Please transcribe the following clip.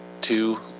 Two